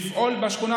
לפעול בשכונה,